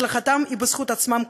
הצלחתם היא בזכות עצמם,